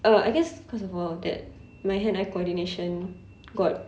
err I guess cause of all of that my hand eye coordination got